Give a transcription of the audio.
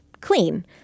clean